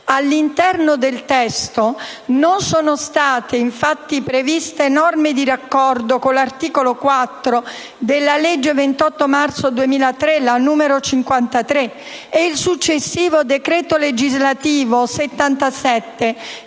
All'interno del testo non sono state infatti previste norme di raccordo con l'articolo 4 della legge 28 marzo 2003, n. 53, e il successivo decreto legislativo 15